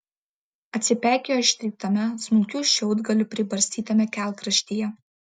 atsipeikėjo ištryptame smulkių šiaudgalių pribarstytame kelkraštyje